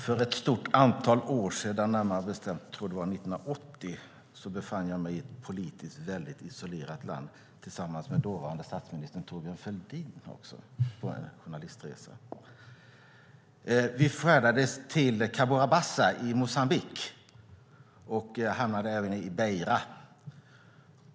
För ett stort antal år sedan, 1980 tror jag att det var, befann jag mig i ett politiskt väldigt isolerat land tillsammans med dåvarande statsministern Thorbjörn Fälldin på en journalistresa. Vi färdades till Cabora Bassa i Moçambique och hamnade även i Bejra.